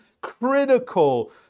critical